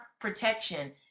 protection